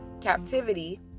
captivity